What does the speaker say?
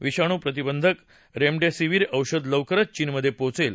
विषाणू प्रतिबंधक रेमडेसिवीर औषध लवकरच चीनमधे पोचेल